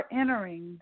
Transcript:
entering